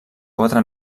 quatre